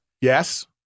Yes